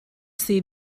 see